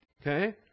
okay